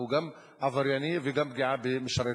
הוא גם עברייני וגם פגיעה במשרת ציבור.